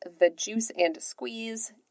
thejuiceandsqueeze